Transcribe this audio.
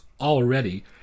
already